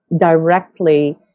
directly